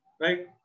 right